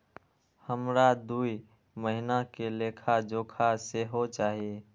हमरा दूय महीना के लेखा जोखा सेहो चाही